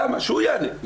למה, שהוא יענה.